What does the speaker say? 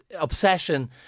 obsession